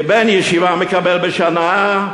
כי בן ישיבה מקבל בשנה,